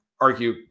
argue